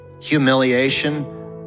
humiliation